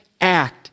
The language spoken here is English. act